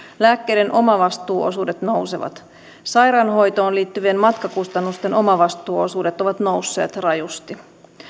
lääkkeiden omavastuuosuudet nousevat sairaanhoitoon liittyvien matkakustannusten omavastuuosuudet ovat nousseet rajusti